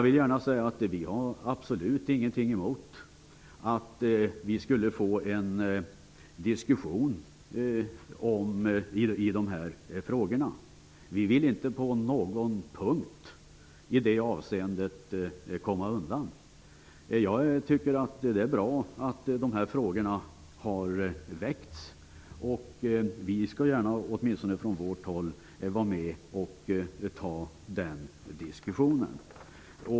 Vi har absolut ingenting emot en diskussion i de här frågorna. Vi vill inte komma undan på någon punkt i det avseendet. Det är bra att de här frågorna har väckts. Vi skall gärna från vårt håll vara med i den diskussionen.